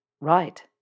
Right